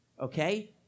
Okay